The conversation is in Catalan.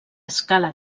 escala